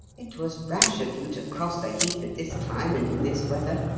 it was rash of you to cross the heath at this time and in this weather.